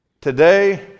Today